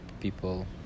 people